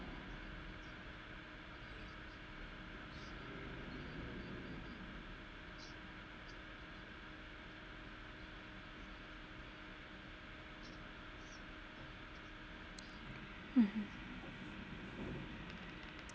mmhmm